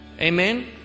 Amen